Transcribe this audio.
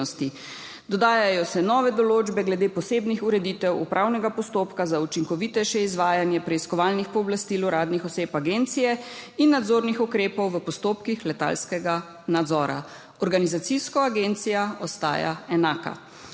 Dodajajo se nove določbe glede posebnih ureditev upravnega postopka za učinkovitejše izvajanje preiskovalnih pooblastil uradnih oseb agencije in nadzornih ukrepov v postopkih letalskega nadzora. Organizacijsko agencija ostaja enaka.